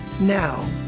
Now